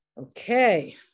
Okay